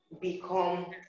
become